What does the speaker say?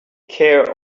care